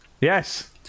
yes